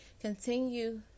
continue